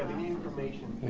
information